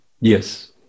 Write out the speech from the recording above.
Yes